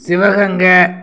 Sivaganga